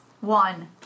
One